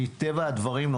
מטבע הדברים,